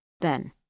then